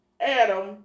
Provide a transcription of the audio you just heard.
Adam